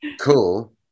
cool